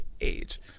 age